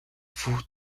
full